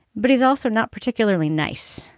but he's also not particularly nice.